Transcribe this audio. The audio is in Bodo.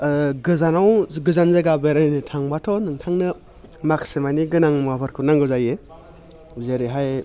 ओ गोजानाव गोजान जायगा बेरायनो थांब्लाथ' नोंथांनो माखासे मानि गोनां मुवाफोरखौ नांगौ जायो जेरैहाय